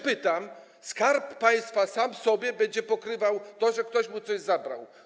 Pytam, czy Skarb Państwa sam sobie będzie pokrywał to, że ktoś mu coś zabrał.